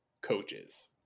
coaches